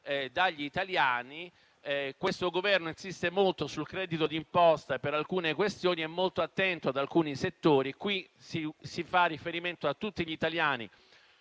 dagli italiani. Questo Governo insiste molto sul credito d'imposta, per alcune questioni, ed è molto attento ad alcuni settori. Qui si fa riferimento a tutti gli italiani;